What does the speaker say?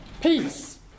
Peace